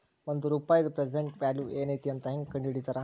ಒಂದ ರೂಪಾಯಿದ್ present value ಏನೈತಿ ಮತ್ತ ಹೆಂಗ ಕಂಡಹಿಡಿತಾರಾ